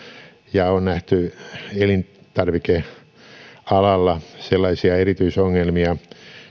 ja on nähty elintarvikealalla sellaisia erityisongelmia